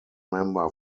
member